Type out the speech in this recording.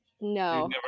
no